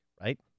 right